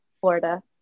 Florida